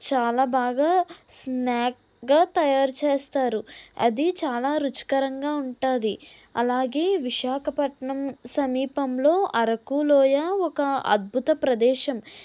చాలా బాగా స్నాక్గా తయారు చేస్తారు అది చాలా రుచికరంగా ఉంటుంది అలాగే విశాఖపట్నం సమీపంలో అరకు లోయ ఒక అద్భుత ప్రదేశం